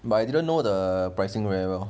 but I didn't know the pricing very well